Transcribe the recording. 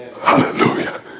Hallelujah